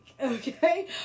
okay